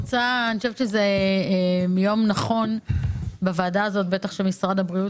אני חושבת שזה יום נכון - בטח כשמשרד הבריאות